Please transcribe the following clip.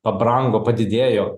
pabrango padidėjo